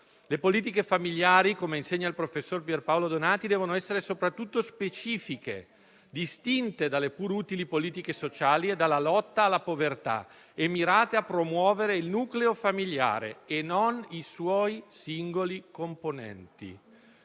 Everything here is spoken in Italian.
Le politiche familiari - come insegna il professor Pierpaolo Donati - devono essere soprattutto specifiche, distinte dalle pur utili politiche sociali e dalla lotta alla povertà, e mirate a promuovere il nucleo familiare e non i suoi singoli componenti.